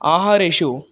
आहारेषु